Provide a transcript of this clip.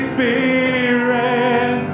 Spirit